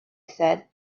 said